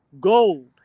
gold